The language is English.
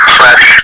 fresh